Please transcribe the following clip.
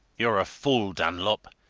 you're a fool, dunlop,